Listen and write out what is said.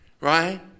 right